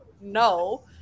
no